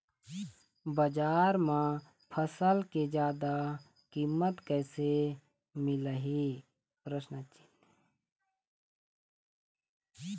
बजार म फसल के जादा कीमत कैसे मिलही?